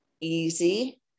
easy